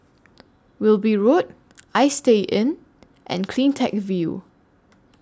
Wilby Road Istay Inn and CleanTech View